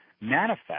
manifest